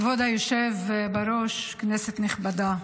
היושב-ראש, כנסת נכבדה,